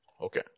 Okay